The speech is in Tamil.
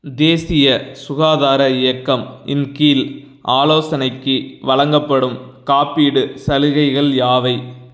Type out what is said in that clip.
தேசிய சுகாதார இயக்கம் இன் கீழ் ஆலோசனைக்கு வழங்கப்படும் காப்பீடு சலுகைகள் யாவை